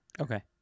Okay